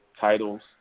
titles